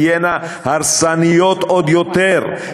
תהיינה הרסניות עוד יותר,